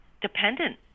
dependent